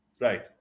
right